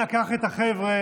אנא קח את החבר'ה.